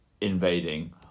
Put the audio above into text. invading